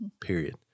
Period